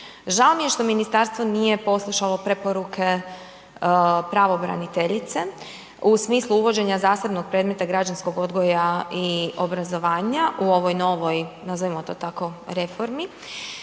Žao mi je što Ministarstvo nije poslušalo preporuke pravobraniteljice u smislu uvođenja zasebnog predmeta građanskog odgoja i obrazovanja u ovoj novoj, nazovimo to tako reformi,